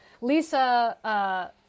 Lisa